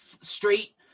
straight